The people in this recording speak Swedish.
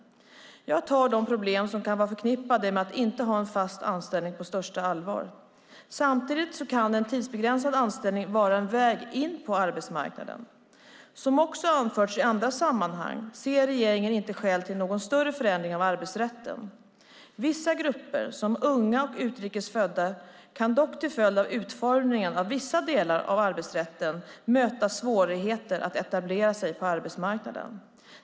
Jag tar de problem som kan vara förknippade med att inte ha en fast anställning på största allvar. Samtidigt kan en tidsbegränsad anställning vara en väg in på arbetsmarknaden. Som också har anförts i andra sammanhang ser regeringen inte skäl till någon större förändring av arbetsrätten. Vissa grupper, som unga och utrikes födda, kan dock till följd av utformningen av vissa delar av arbetsrätten möta svårigheter att etablera sig på arbetsmarknaden.